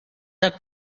the